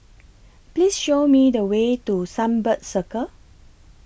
Please Show Me The Way to Sunbird Circle